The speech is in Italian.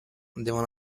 devono